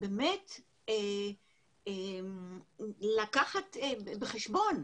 באמת לקחת בחשבון,